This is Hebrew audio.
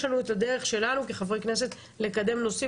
יש לנו את הדרך שלנו כחברי כנסת לקדם נושאים,